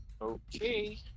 Okay